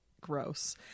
gross